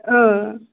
اۭں